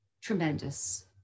tremendous